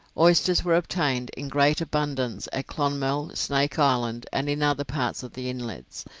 oysters were obtained in great abundance at clonmel, snake island, and in other parts of the inlets,